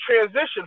transition